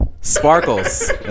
Sparkles